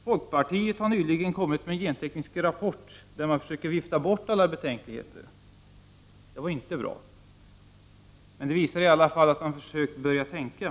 Folkpartiet har nyligen kommit med en genteknisk rapport där man försöker vifta bort alla betänkligheter. Det är inte bra. Men det visar i alla fall att man har försökt att börja tänka.